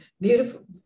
beautiful